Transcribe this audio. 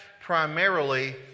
primarily